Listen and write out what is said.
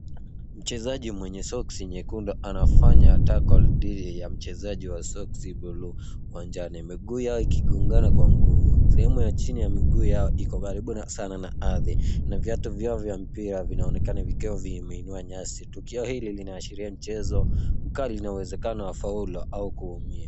Mchezaji mwenye soksi nyekundu anafanya tackle dhidi ya mchezaji wa soksi buluu uwanjani. Miguu yao ikigongana kwa nguvu. Sehemu ya chini ya miguu yao iko karibu sana na ardhi na viatu vyao vya mpira vinaonekana vikiwa vimeinua nyasi. Tukio hili linaashiria mchezo mkali na uwezekano wa ]cs]foul au kuumia.